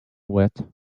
wet